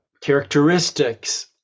characteristics